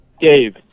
Dave